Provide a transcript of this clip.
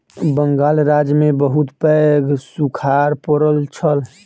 बंगाल राज्य में बहुत पैघ सूखाड़ पड़ल छल